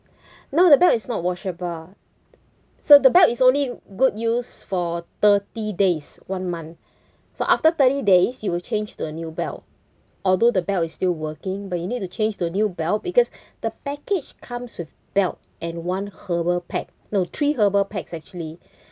no the belt is not washable so the belt is only good use for thirty days one month so after thirty days you will change a new belt although the belt is still working but you need to change to new belt because the package comes with belt and one herbal pack no three herbal packs actually